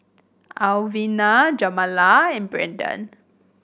Alvina Jamila and Brandon